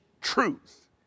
truth